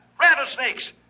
Rattlesnakes